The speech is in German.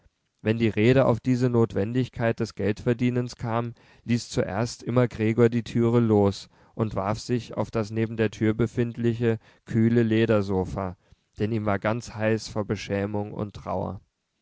wenn die rede auf diese notwendigkeit des geldverdienens kam ließ zuerst immer gregor die türe los und warf sich auf das neben der tür befindliche kühle ledersofa denn ihm war ganz heiß vor beschämung und trauer